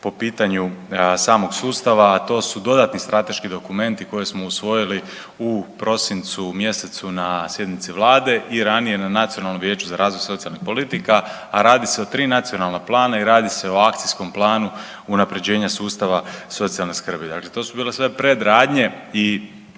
po pitanju samog sustava, a to su dodatni strateški dokumenti koje smo usvojili u prosincu mjesecu na sjednici Vlade i ranije na Nacionalnom vijeću za razvoj socijalnih politika, a radi se o tri nacionalna plana i radi se o Akcijskom planu unapređenja sustava socijalne skrbi. Dakle, to su bile sve predradnje i